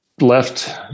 left